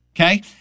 Okay